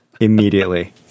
immediately